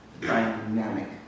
dynamic